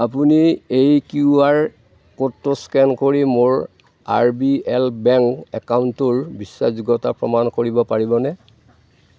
আপুনি এই Q R ক'ডটো স্কেন কৰি মোৰ আৰ বি এল বেংক একাউণ্টটোৰ বিশ্বাসযোগ্যতা প্ৰমাণ কৰিব পাৰিবনে